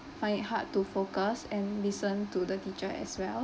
find it hard to focus and listen to the teacher as well